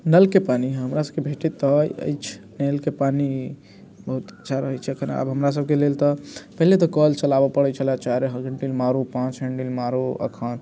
नलके पानी हमरा सबके भेटैत तऽ अछि नलके पानि बहुत अच्छा रहै छै एखन आब हमरा सबके लेल तऽ पहिले तऽ कऽल चलाबऽ पड़ै छलै चारि हैंडल मारू पाँच हैंडल मारू एखन